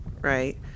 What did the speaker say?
right